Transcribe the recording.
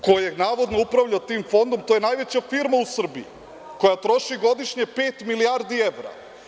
Tamo sedi 21 lice koje navodno upravlja tim fondom, to je najveća firma u Srbiji, koja troši godišnje pet milijardi evra.